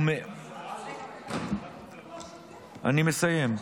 אני מסיים.